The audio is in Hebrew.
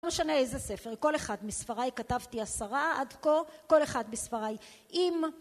לא משנה איזה ספר, כל אחד מספריי כתבתי עשרה עד כה, כל אחד מספריי אם